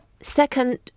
second